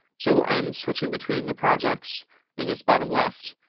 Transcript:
so i'm switching between the projects in this bottom left,